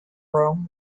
rome